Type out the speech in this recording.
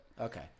Okay